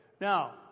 Now